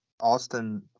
Austin